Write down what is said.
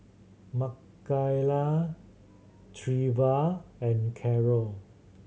Makaila Treva and Carol